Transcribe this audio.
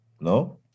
no